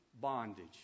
bondage